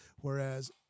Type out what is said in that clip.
Whereas